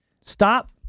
Stop